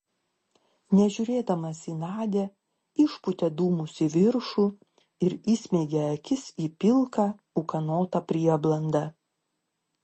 nežiūrėdamas į nadią išpūtė dūmus į viršų ir įsmeigė akis į pilką ūkanotą prieblandą